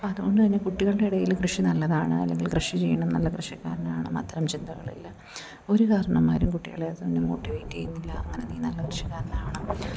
അതുകൊണ്ട് തന്നെ കുട്ടികളുടെ ഇടയിൽ കൃഷി നല്ലതാണ് അല്ലെങ്കിൽ കൃഷി ചെയ്യണം നല്ല കൃഷിക്കാരനാകണം അത്തരം ചിന്തകൾ ഇല്ല ഒരു കാരണവന്മാരും കുട്ടികളേ അതൊന്നും മോട്ടിവേറ്റ് ചെയ്യുന്നില്ല അങ്ങനെ നീ നല്ല കൃഷിക്കാരനാവണം